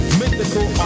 mythical